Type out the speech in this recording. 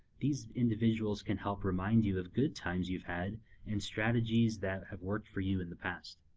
these individuals can help remind you of good times you've had and strategies that have worked for you in the past.